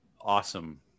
awesome